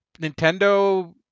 Nintendo